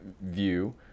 view